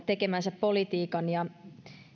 tekemänsä politiikan tietoon ja